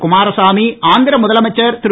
குமாரசாமி ஆந்திர முதலமைச்சர் திரு